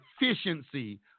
efficiency